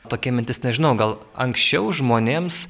tokia mintis nežinau gal anksčiau žmonėms